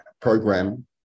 program